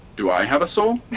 do i have a soul?